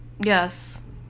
Yes